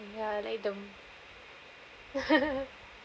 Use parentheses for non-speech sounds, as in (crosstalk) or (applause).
ya like them (laughs)